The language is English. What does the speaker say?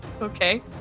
Okay